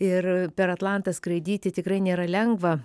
ir per atlantą skraidyti tikrai nėra lengva